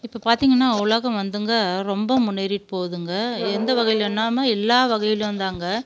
இப்போ பார்த்திங்கன்னா உலகம் வந்துங்க ரொம்ப முன்னேறிகிட்டு போகுதுங்க எந்த வகையிலேன்னாம எல்லா வகையிலேயும் தாங்க